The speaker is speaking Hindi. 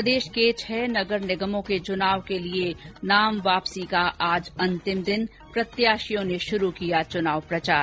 प्रदेश के छह नगर निगमों के चुनाव के लिए नाम वापसी का आज आखरी दिन प्रत्याशियों ने शुरू किया चुनाव प्रचार